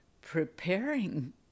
preparing